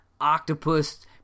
octopus